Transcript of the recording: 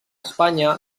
espanya